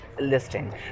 listing